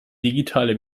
digitale